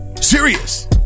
serious